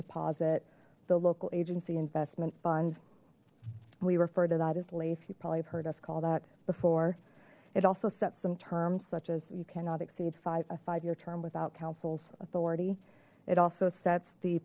deposit the local agency investment fund we refer to that as leaf you probably heard us call that before it also sets some terms such as you cannot exceed five a five year term without councils authority it also sets the